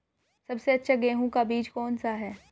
सबसे अच्छा गेहूँ का बीज कौन सा है?